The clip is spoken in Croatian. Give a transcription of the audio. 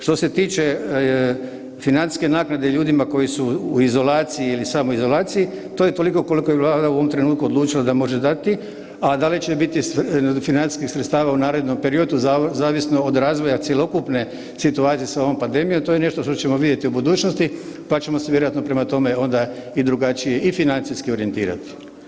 Što se tiče financijske naknade ljudima koji su u izolaciji ili samoizolaciji to je toliko koliko je Vlada u ovom trenutku odlučila da može dati, a da li će biti financijskih sredstava u narednom periodu zavisno od razvoja cjelokupne situacije sa ovom pandemijom to je nešto što ćemo vidjeti u budućnosti pa ćemo se vjerojatno prema toma onda i drugačije i financijski orijentirati.